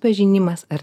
pažinimas ar